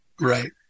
Right